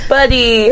Buddy